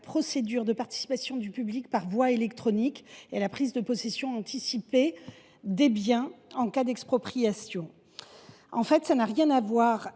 procédure de participation du public par voie électronique et à la prise de possession anticipée des biens en cas d’expropriation. En fait, cet article n’a rien à voir